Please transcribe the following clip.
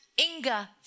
Inga